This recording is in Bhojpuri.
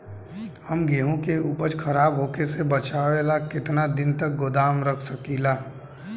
हम गेहूं के उपज खराब होखे से बचाव ला केतना दिन तक गोदाम रख सकी ला?